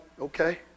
okay